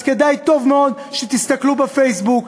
אז כדאי מאוד שתסתכלו בפייסבוק,